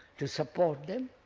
to support them,